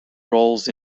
roles